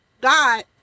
God